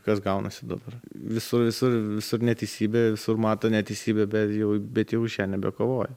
kas gaunasi dabar visur visur visur neteisybė visur mato neteisybę bet jau bet jau už ją nebekovoja